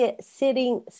sitting